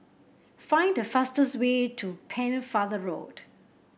find the fastest way to Pennefather Road